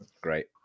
Great